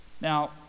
Now